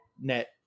net